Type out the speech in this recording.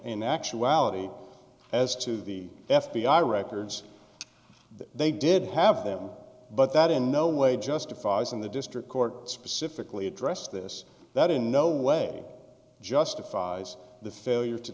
in actuality as to the f b i records they did have them but that in no way justifies in the district court specifically addressed this that in no way justifies the failure to